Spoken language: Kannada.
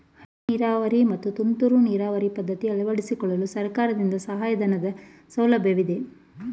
ಹನಿ ನೀರಾವರಿ ಮತ್ತು ತುಂತುರು ನೀರಾವರಿ ಪದ್ಧತಿ ಅಳವಡಿಸಿಕೊಳ್ಳಲು ಸರ್ಕಾರದಿಂದ ಸಹಾಯಧನದ ಸೌಲಭ್ಯವಿದೆಯೇ?